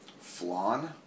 flan